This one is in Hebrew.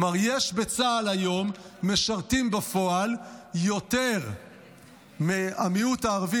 כלומר בצה"ל היום משרתים בפועל יותר מהמיעוט הערבי,